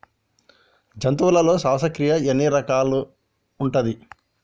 జంతువులలో శ్వాసక్రియ ఎన్ని రకాలు ఉంటది?